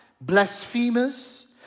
blasphemers